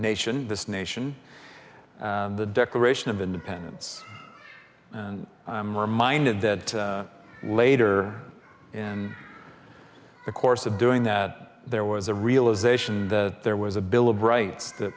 nation this nation the declaration of independence and i'm reminded that later in the course of doing that there was a realization that there was a bill of rights t